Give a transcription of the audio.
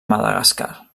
madagascar